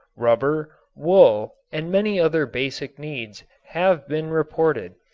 rubber, wool and many other basic needs have been reported.